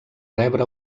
rebre